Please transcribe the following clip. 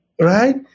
right